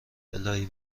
االهی